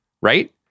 right